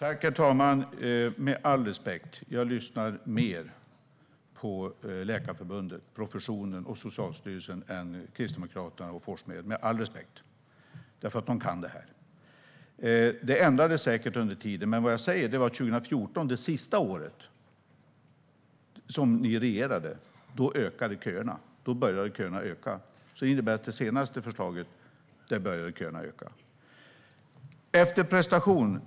Herr talman! Med all respekt; jag lyssnar mer på Läkarförbundet, professionen, och Socialstyrelsen än på Kristdemokraterna och Forssmed. De kan dessa frågor. Kömiljarden ändrades säkert under tiden, men jag säger att 2014 - det sista året ni regerade - började köerna öka. Det innebär att med det senaste förslaget började köerna öka. Sedan var det frågan om ersättning efter prestation.